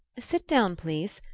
sit down, please.